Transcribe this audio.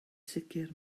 sicr